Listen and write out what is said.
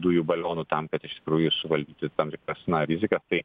dujų balionų tam kad iš tikrųjų suvaldytų tam tikras na rizikas tai